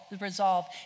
resolve